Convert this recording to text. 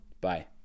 Bye